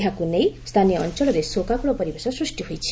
ଏହାକୁ ନେଇ ସ୍ସାନୀୟ ଅଞ୍ଞଳରେ ଶୋକାକୁଳ ପରିବେଶ ସୃଷ୍ ହୋଇଛି